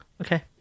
okay